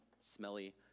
smelly